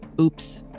oops